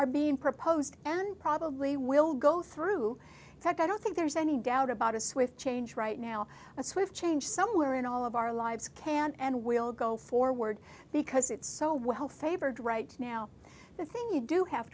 are being proposed and probably will go through tech i don't think there's any doubt about a swift change right now a swift change somewhere in all of our lives can and will go forward because it's so well favored right now the thing you do have